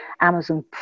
Amazon